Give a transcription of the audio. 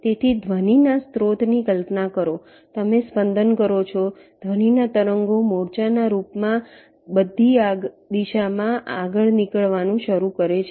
તેથી ધ્વનિના સ્ત્રોતની કલ્પના કરો તમે સ્પંદન કરો છો ધ્વનિ તરંગો મોરચાના રૂપમાં બધી દિશામાં નીકળવાનું શરૂ કરે છે